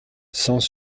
sans